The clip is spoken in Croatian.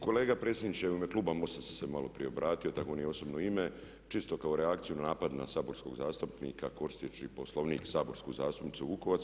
Kolega, predsjedniče, u ime kluba MOST-a sam se malo prije obratio tako nije u osobno ime, čisto kao reakciju na napad na saborskog zastupnika koristeći Poslovnik, saborsku zastupnicu Vukovac.